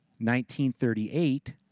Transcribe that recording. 1938